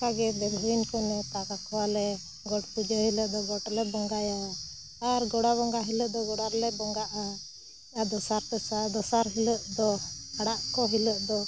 ᱚᱱᱠᱟᱜᱮ ᱫᱮᱣ ᱵᱷᱟᱜᱤᱱ ᱠᱚ ᱱᱮᱶᱛᱟ ᱠᱟᱠᱚᱣᱟᱞᱮ ᱜᱚᱴ ᱯᱩᱡᱟᱹ ᱦᱤᱞᱳᱜ ᱫᱚ ᱜᱚᱴᱞᱮ ᱵᱚᱸᱜᱟᱭᱟ ᱟᱨ ᱜᱚᱲᱟ ᱵᱚᱸᱜᱟ ᱦᱤᱞᱳᱜ ᱫᱚ ᱜᱚᱲᱟ ᱨᱮᱞᱮ ᱵᱚᱸᱜᱟᱜᱼᱟ ᱟᱨ ᱫᱚᱥᱟᱨ ᱛᱮᱥᱟᱨ ᱫᱚᱥᱟᱨ ᱦᱤᱞᱳᱜ ᱫᱚ ᱟᱲᱟᱜ ᱠᱚ ᱦᱤᱞᱳᱜ ᱫᱚ